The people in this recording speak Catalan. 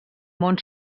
món